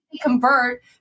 convert